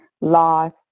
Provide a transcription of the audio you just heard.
loss